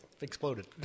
exploded